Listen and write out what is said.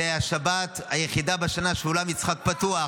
זו השבת היחידה בשנה שאולם יצחק פתוח.